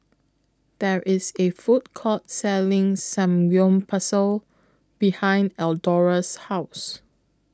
There IS A Food Court Selling Samgeyopsal behind Eldora's House